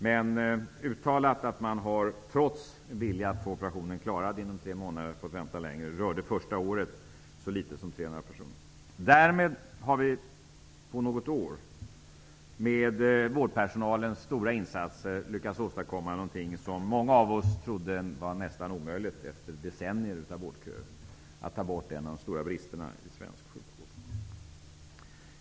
Det första året är det dock bara så få som 300 personer som har fått vänta längre än tre månader trots viljan att få operationen avklarad inom tre månader. Därmed har vi på något år, med vårdpersonalens stora insatser, lyckats åstadkomma något som många av oss trodde var nästan omöjligt efter decennier av vårdköer, nämligen att komma till rätta med en av de stora bristerna i svensk sjukvård.